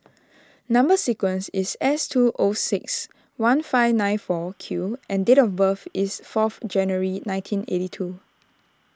Number Sequence is S two zero six one five nine four Q and date of birth is fourth January nineteen eighty two